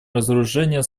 разоружения